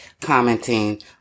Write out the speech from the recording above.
commenting